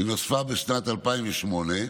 בשנת 2008,